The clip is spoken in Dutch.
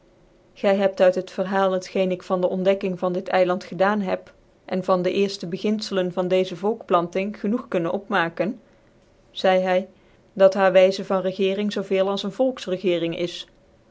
gy hebt uit het verhaal t geen ik van dc ontdekking van dit eiland gedaan heb en van dc cerfte bcginfdett ran gefchiedenis van van deeze volkplanting genoeg kunnen opmaken zcidc hy dat haare vyzc van regiering zoo veel als ccn volksregering is